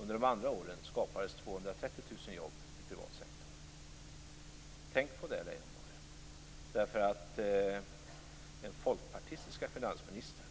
Under de andra åren skapades 230 000 jobb i privat sektor. Tänk på det, Leijonborg! Den folkpartistiska finansministern